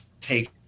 take